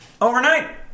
overnight